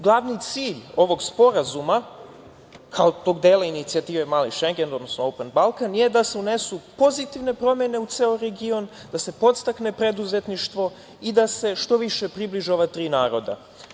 Glavni cilj ovog sporazuma, kao tog dela inicijative „Mali-Šengen“, odnosno „Open Balkan“ je da se unesu pozitivne promene u ceo region, da se podstakne preduzetništvo i da se što više približe ova tri naroda.